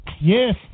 Yes